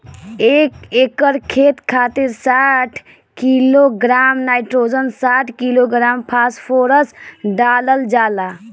एक एकड़ खेत खातिर साठ किलोग्राम नाइट्रोजन साठ किलोग्राम फास्फोरस डालल जाला?